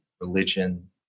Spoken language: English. religion